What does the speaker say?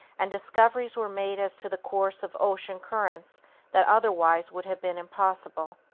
and discoveries were made as to the course of ocean currents that otherwise would have been impossible.